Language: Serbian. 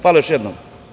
Hvala još jednom.